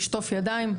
לשטוף ידיים,